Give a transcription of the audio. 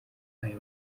ayo